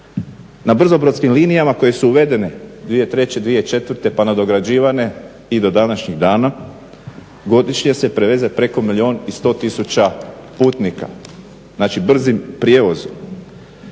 Na brzobrodskim linijama koje su uvedene 2003., 2004. pa nadograđivane i do današnjih dana godišnje se preveze preko milijun i 100 tisuća putnika. Znači, brzim prijevozom.